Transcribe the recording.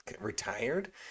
retired